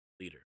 leader